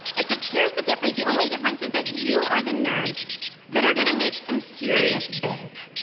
except here's the difference. the only difference is that you are the nerds that are going to make some serious bank.